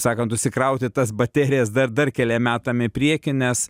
sakant užsikrauti tas baterijas dar dar keliem metam į priekį nes